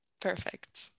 Perfect